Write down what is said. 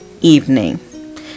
evening